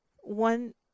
one